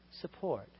support